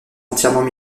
entièrement